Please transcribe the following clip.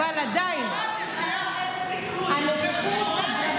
אבל עדיין, דבורה הנביאה.